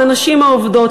לנשים העובדות,